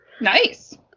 Nice